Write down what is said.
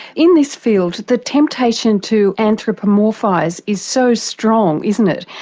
in this field the temptation to anthropomorphise is so strong, isn't it,